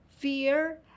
Fear